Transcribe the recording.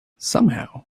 somehow